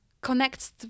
connects